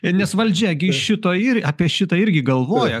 ir nes valdžia gi iš šito ir apie šitą irgi galvoja